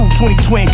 2020